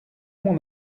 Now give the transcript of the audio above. mon